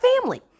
family